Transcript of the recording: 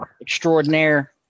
extraordinaire